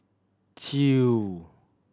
two